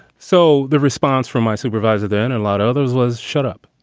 so the response from my supervisor, then a lot others was, shut up.